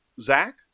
Zach